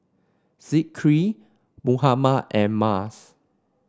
Zikri Muhammad and Mas